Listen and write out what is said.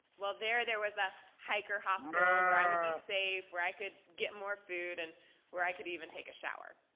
well there, there was a hiker hostel, where i would be safe. where i could get more food and where i could even take a shower.